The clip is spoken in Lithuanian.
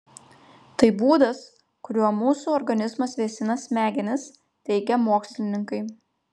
tai būdas kuriuo mūsų organizmas vėsina smegenis teigia mokslininkai